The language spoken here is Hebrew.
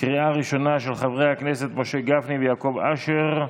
לקריאה ראשונה, של חברי הכנסת משה גפני ויעקב אשר.